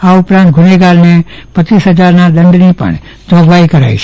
આ ઉપરાંત ગુનેગારને રપ હજારના દંડની પણ જોગવાઈ કરાઈ છે